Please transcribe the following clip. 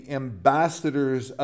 ambassadors